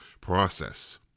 process